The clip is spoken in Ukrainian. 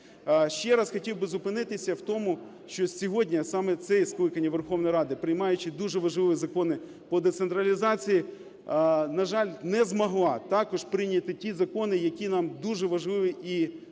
Ще раз хотів би зупинитися в тому, що сьогодні саме це скликання Верховної Ради, приймаючи дуже важливі закони по децентралізації, на жаль, не змогла також прийняти ті закони, які нам дуже важливі і